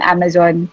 Amazon